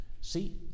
See